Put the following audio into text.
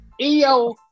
EO